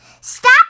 Stop